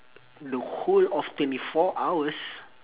the whole of twenty four hours